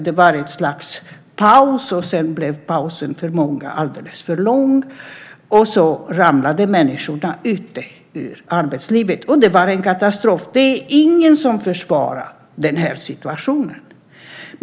Det var ett slags paus, och sedan blev pausen alldeles för lång för många och människor ramlade ut ur arbetslivet. Det var en katastrof. Det är ingen som försvarar den situationen.